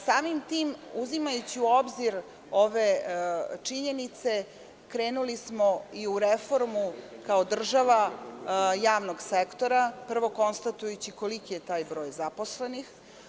Samim tim, uzimajući u obzir ove činjenice, krenuli smo u reformu, kao država, javnog sektora, prvo konstatujući koliki je taj broj zaposlenih.